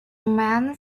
man